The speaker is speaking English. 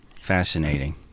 fascinating